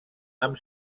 amb